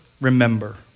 remember